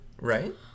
right